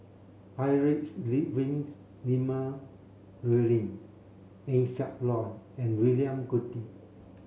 Heinrich Ludwig Emil Luering Eng Siak Loy and William Goode